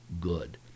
good